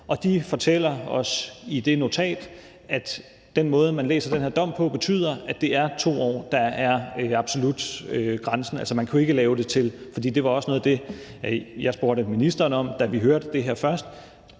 og de fortæller os i det notat, at den måde, man læser den her dom på, betyder, at det er 2 år, der er den absolutte grænse. Det var også noget af det, jeg spurgte ministeren om, da vi hørte det her først,